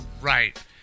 Right